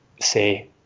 say